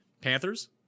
Panthers